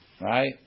right